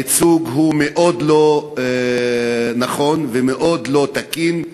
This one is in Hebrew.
הייצוג הוא מאוד לא נכון ומאוד לא תקין.